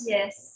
Yes